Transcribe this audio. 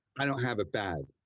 i don't have it bad.